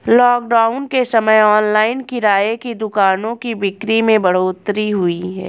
lockdown के समय online किराने की दुकानों की बिक्री में बढ़ोतरी हुई है